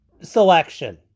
selection